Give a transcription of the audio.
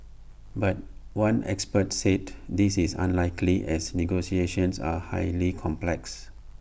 but one expert said this is unlikely as negotiations are highly complex